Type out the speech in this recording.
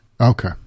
Okay